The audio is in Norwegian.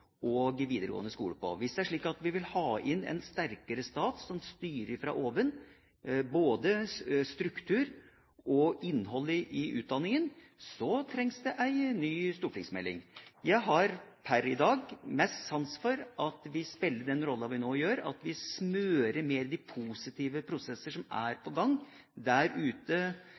Hvis det er slik at vi vil ha inn en sterkere stat som styrer både struktur og innhold i utdanningen fra oven, trengs det en ny stortingsmelding. Jeg har per i dag mest sans for at vi spiller den rollen vi nå gjør, at vi heller smører de positive prosesser som er i gang mellom skoleeiere og samfunn og næringsliv der ute,